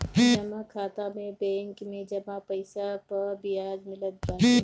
जमा खाता में बैंक में जमा पईसा पअ बियाज मिलत बाटे